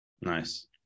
Nice